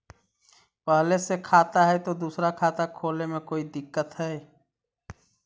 पहले से खाता है तो दूसरा खाता खोले में कोई दिक्कत है?